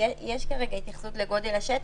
יש כרגע התייחסות לגודל השטח.